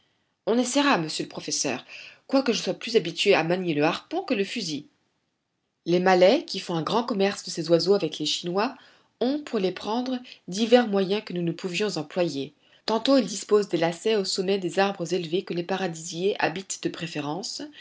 on essayera monsieur le professeur quoique je sois plus habitué à manier le harpon que le fusil les malais qui font un grand commerce de ces oiseaux avec les chinois ont pour les prendre divers moyens que nous ne pouvions employer tantôt ils disposent des lacets au sommet des arbres élevés que les paradisiers habitent de préférence